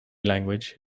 language